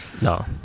No